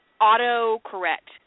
auto-correct